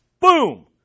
boom